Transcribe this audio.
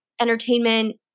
entertainment